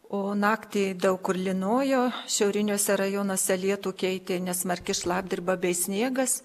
o naktį daug kur lynojo šiauriniuose rajonuose lietų keitė nesmarki šlapdriba bei sniegas